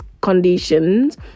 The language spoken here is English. conditions